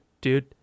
dude